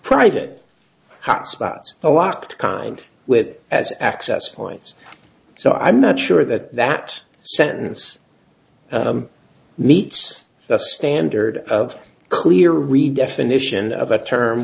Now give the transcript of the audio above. private hotspots the locked kind with as access points so i'm not sure that that sentence meets the standard of clear redefinition of the term